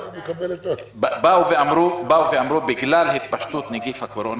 אמרו שבגלל התפשטות הקורונה